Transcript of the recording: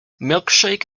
milkshake